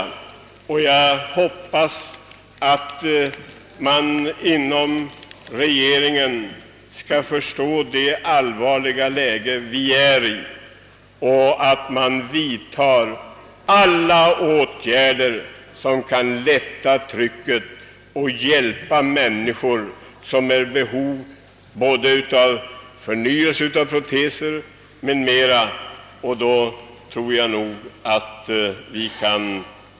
Jag hoppas att regeringen skall förstå vilket allvarligt läge vi befinner oss i och vidtar åtgärder för att hjälpa människor som är i behov av nya tandproteser och dylikt.